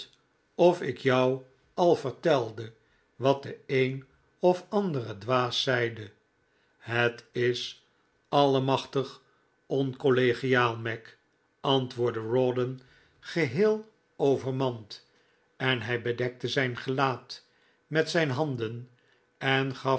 of ik jou al vertelde wat de een of andere dwaas zeide het is allemachtig oncollegiaal mac antwoordde rawdon geheel overmand en hij bedekte zijn gelaat met zijn hand en en gaf